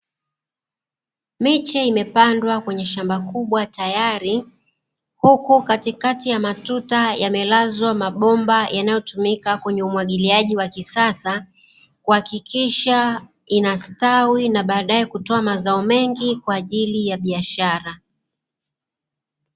Miti imepandwa kwenye shamba kubwa tayari, huku katikati ya matuta yamelazwa mabomba yanayotumika kwenye umwagiliaji wa kisasa kuhakikisha inastawi na baadae kutoa mazao mengi kwa ajili ya biashara.